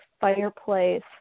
fireplace